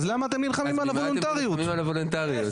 אז למה אתם נלחמים על הוולונטריות?